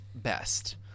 Best